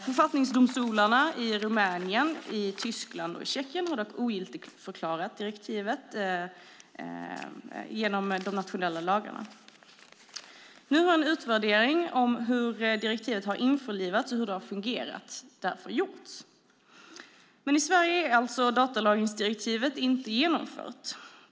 Författningsdomstolarna i Rumänien, Tyskland och Tjeckien har dock ogiltigförklarat direktivet genom de nationella lagarna. En utvärdering av hur direktivet införlivats och hur det fungerat har därför gjorts. I Sverige är datalagringsdirektivet alltså inte genomfört.